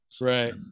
Right